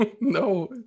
no